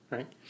Right